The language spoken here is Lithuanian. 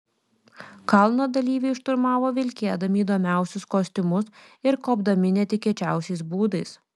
kalną dalyviai šturmavo vilkėdami įdomiausius kostiumus ir kopdami netikėčiausiais būdais